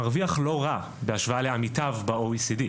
מרוויח לא רע בהשוואה לעמיתיו ב-OECD.